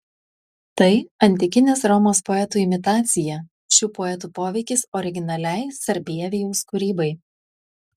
tai antikinės romos poetų imitacija šių poetų poveikis originaliai sarbievijaus kūrybai